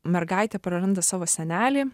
mergaitė praranda savo senelį